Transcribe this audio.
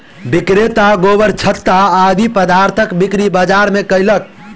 विक्रेता गोबरछत्ता आदि पदार्थक बिक्री बाजार मे कयलक